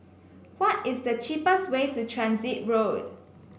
why is the cheapest way to Transit Road